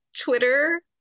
Twitter